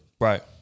Right